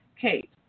Kate